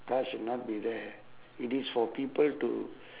cars should not be there it is for people to